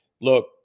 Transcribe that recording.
Look